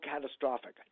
catastrophic